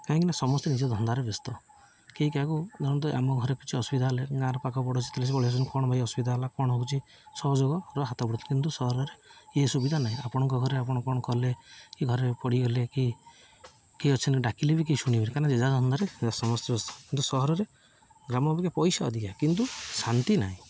କାହିଁକି ନା ସମସ୍ତେ ନିଜ ଧନ୍ଦାରେ ବ୍ୟସ୍ତ କେହି କାହାକୁ ଧରନ୍ତୁ ଆମ ଘରେ କିଛି ଅସୁବିଧା ହେଲେ ଗାଁର ପା ପଡ଼ୋଶୀ ଥିଲେ ସେ ପଳେଇ ଆସନ୍ତି କଣ ଭାଇ ଅସୁବିଧା ହେଲା କଣ ହଉଛି ସହଯୋଗର ହାତ ବଢ଼ୁଥିଲେ କିନ୍ତୁ ସହରରେ ଏଇ ସୁବିଧା ନାହିଁ ଆପଣଙ୍କ ଘରେ ଆପଣ କ'ଣ କଲେ କି ଘରେ ପଡ଼ିଗଲେ କି କିଏ ଅଛନ୍ତି ଡାକିଲେ ବି କି ଶୁଣିବେି କାହିଁକି ନି ଯେ ଯାହା ଧନ୍ଦାରେ ସମସ୍ତେ ବ୍ୟସ୍ତ କିନ୍ତୁ ସହରରେ ଗ୍ରାମ ଅପେକ୍ଷା ପଇସା ଅଧିକା କିନ୍ତୁ ଶାନ୍ତି ନାହିଁ